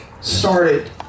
started